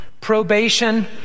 probation